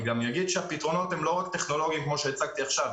אני גם אגיש שהפתרונות הם לא רק טכנולוגיים כמו שהצגתי עכשיו,